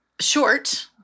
short –